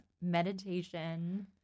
meditation